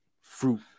Fruit